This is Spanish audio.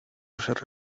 cerré